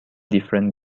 different